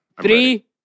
Three